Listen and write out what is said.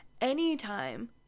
Anytime